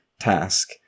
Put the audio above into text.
task